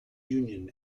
union